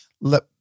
let